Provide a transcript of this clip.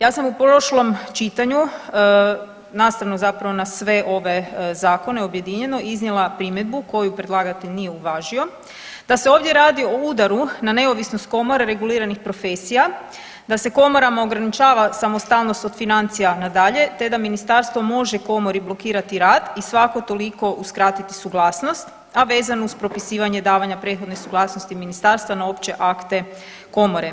Ja sam u prošlom čitanju nastavno zapravo na sve ove zakone objedinjeno iznijela primjedbu koju predlagatelj nije uvažio, da se ovdje radi o udaru na neovisnost komore reguliranih profesija, da se komorama ograničava samostalno od financija, na dalje te da Ministarstvo može komori blokirati rad i svako toliko uskratiti suglasnost, a vezano uz propisivanje davanja prethodne suglasnosti Ministarstva na opće akte komore.